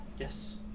Yes